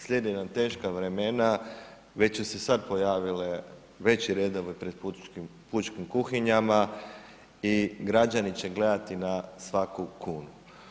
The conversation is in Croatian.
Slijede nam teška vremena, već su se sad pojavili veći redovi pred pučkim kuhinjama i građani će gledati na svaku kunu.